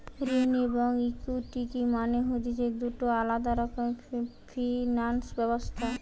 ঋণ এবং ইকুইটি মানে হতিছে দুটো আলাদা রকমের ফিনান্স ব্যবস্থা